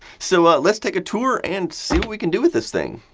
so, ah let's take a tour and see what we can do with this thing!